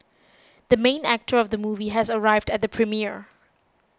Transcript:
the main actor of the movie has arrived at the premiere